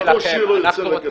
אף ראש עיר לא ירצה.